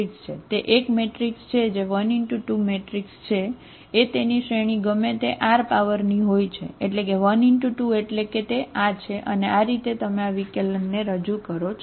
તે એક મેટ્રિક્સ છે જે એટલે કે તે આ છે અને આ રીતે તમે આ વિકલન ને રજૂ કરો છો